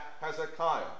Hezekiah